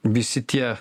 visi tie